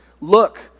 Look